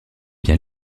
bien